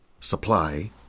Supply